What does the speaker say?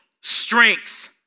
Strength